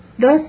Thus